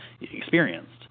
experienced